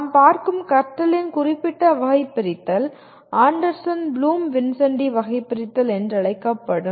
நாம் பார்க்கும் கற்றலின் குறிப்பிட்ட வகைபிரித்தல் ஆண்டர்சன் ப்ளூம் வின்சென்டி வகைபிரித்தல் என்று அழைக்கப்படும்